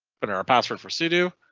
panera password for sudo.